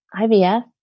IVF